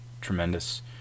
tremendous